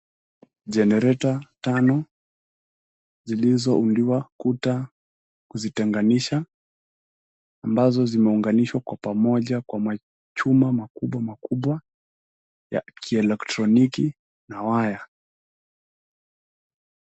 Jenereta tano zilizoundiwa kuta kuzitenganisha ambazo zimeunganishwa kwa pamoja kwa machuma makubwa makubwa ya kielektroniki na waya.